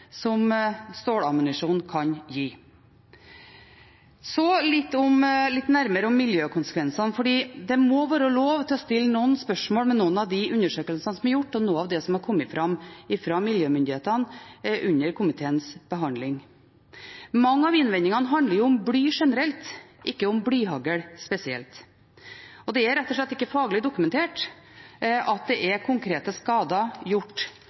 kan gi. Så litt nærmere om miljøkonsekvensene, for det må være lov å stille spørsmål ved noen av de undersøkelsene som er gjort, og noe av det som har kommet fram fra miljømyndighetene under komiteens behandling. Mange av innvendingene handler om bly generelt, ikke om blyhagl spesielt. Det er rett og slett ikke faglig dokumentert konkrete skader på grunn av blyhagl. For eksempel foretok Miljødirektoratet en ny vurdering og skriver i sin rapport at det